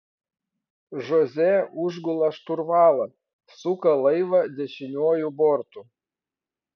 žoze užgula šturvalą suka laivą dešiniuoju bortu